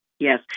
Yes